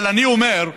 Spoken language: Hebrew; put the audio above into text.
אבל אני אומר: